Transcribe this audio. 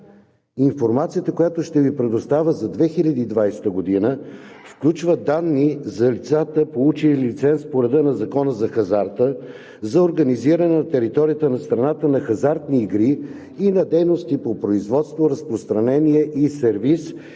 Информацията, която ще Ви представя за 2020 г., включва данни за лицата, получили лиценз по реда на Закона за хазарта за организиране на територията на страната на хазартни игри и на дейности по производство, разпространение и сервиз,